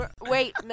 Wait